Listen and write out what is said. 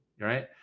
right